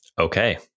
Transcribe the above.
Okay